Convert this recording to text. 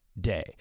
Day